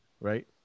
right